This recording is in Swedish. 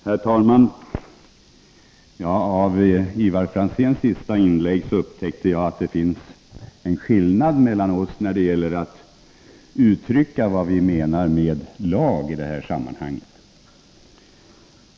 Herr talman! Ivar Franzéns senaste inlägg avslöjade att vi skiljer oss i fråga om begreppsbestämningen i det här sammanhanget.